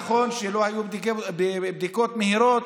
נכון שלא יהיו בדיקות מהירות,